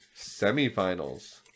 semifinals